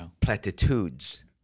Platitudes